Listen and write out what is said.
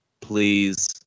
Please